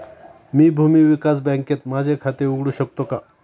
मी भूमी विकास बँकेत माझे खाते उघडू शकतो का?